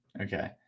Okay